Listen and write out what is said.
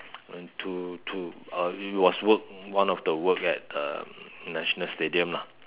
one two two uh it was work one of the work at um national stadium lah